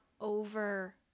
over